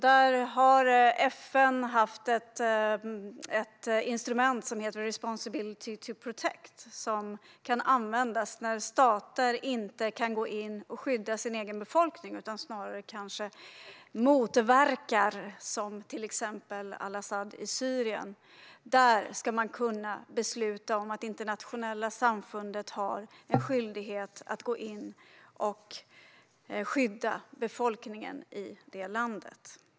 Där har FN använt instrumentet responsibility to protect. Det kan användas när stater inte kan gå in och skydda sin egen befolkning utan snarare motverkar det arbetet, till exempel al-Asad i Syrien. I FN ska man kunna besluta om att det internationella samfundet har en skyldighet att gå in och skydda befolkningen i det landet.